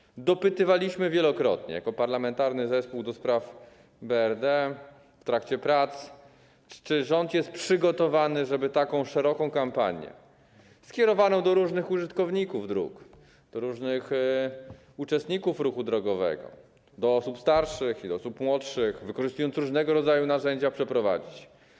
W trakcie prac dopytywaliśmy wielokrotnie jako Parlamentarny Zespół ds. Bezpieczeństwa Ruchu Drogowego, czy rząd jest przygotowany, żeby taką szeroką kampanię skierowaną do różnych użytkowników dróg, do różnych uczestników ruchu drogowego, do osób starszych i młodszych, wykorzystując różnego rodzaju narzędzia, przeprowadzić.